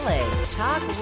Talk